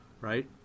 right